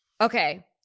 Okay